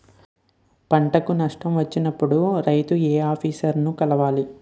పంటకు నష్టం వచ్చినప్పుడు రైతు ఏ ఆఫీసర్ ని కలవాలి?